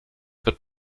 wird